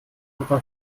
papa